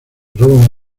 roba